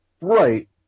Right